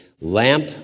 lamp